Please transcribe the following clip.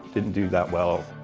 didn't do that well.